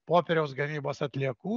popieriaus gamybos atliekų